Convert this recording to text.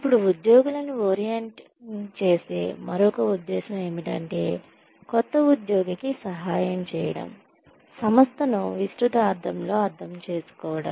ఇప్పుడు ఉద్యోగులను ఓరియంటింగ్ చేసే మరొక ఉద్దేశ్యం ఏమిటంటే కొత్త ఉద్యోగికి సహాయం చేయడం సంస్థను విస్తృత అర్థంలో అర్థం చేసుకోవడం